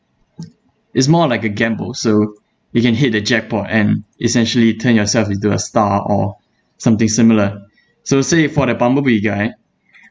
is more like a gamble so you can hit the jackpot and essentially turn yourself into a star or something similar so say for the bumblebee guy